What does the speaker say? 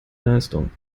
leistung